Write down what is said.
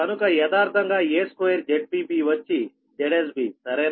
కనుక యదార్ధంగా a2ZpBవచ్చి ZsBసరేనా